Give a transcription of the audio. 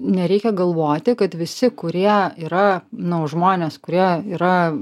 nereikia galvoti kad visi kurie yra nu žmonės kurie yra